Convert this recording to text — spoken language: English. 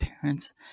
parents